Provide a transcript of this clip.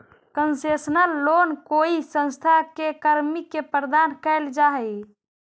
concessional loan कोई संस्था के कर्मी के प्रदान कैल जा हइ